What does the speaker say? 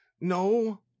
no